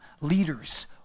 leaders